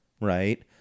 right